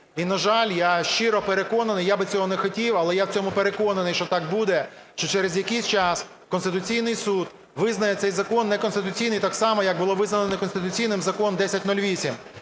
І, на жаль, я щиро переконаний, я би цього не хотів, але я в цьому переконаний, що так буде, що через якийсь час Конституційний Суд визнає цей закон неконституційним так само, як було визнано неконституційним Закон 1008.